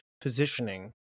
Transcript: positioning